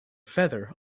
feather